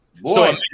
boy